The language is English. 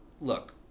look